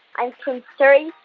i'm from surrey,